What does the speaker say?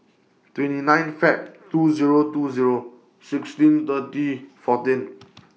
twenty nine Feb two Zero two Zero sixteen thirty fourteen